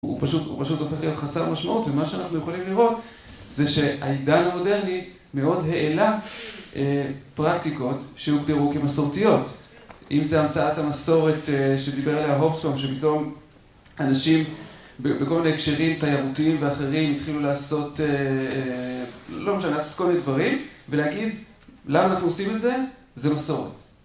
הוא פשוט, הוא פשוט הופך להיות חסר משמעות ומה שאנחנו יכולים לראות זה שהעידן המודרני מאוד העלה פרקטיקות שהוגדרו כמסורתיות. אם זה המצאת המסורת, שדיבר עליה הובסון, שפתאום אנשים בכל מיני הקשרים תיירותיים ואחרים התחילו לעשות, לא משנה, לעשות כל מיני דברים, ולהגיד למה אנחנו עושים את זה, זה מסורת.